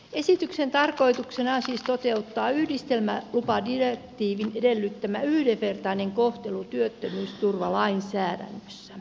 esityksen tarkoituksena on siis toteuttaa yhdistelmälupadirektiivin edellyttämä yhdenvertainen kohtelu työttömyysturvalainsäädännössä